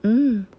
mm